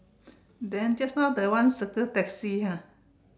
then just now that one circle taxi ha